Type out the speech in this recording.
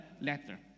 letter